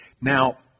Now